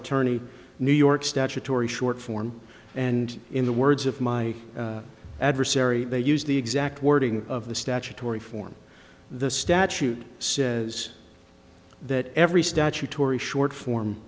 attorney new york statutory short form and in the words of my adversary they used the exact wording of the statutory form the statute says that every statutory short form